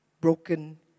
broken